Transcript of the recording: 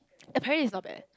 apparently is not bad